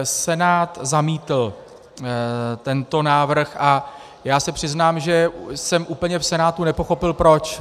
Senát zamítl tento návrh a já se přiznám, že jsem úplně v Senátu nepochopil proč.